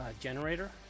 generator